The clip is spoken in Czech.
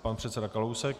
Pan předseda Kalousek.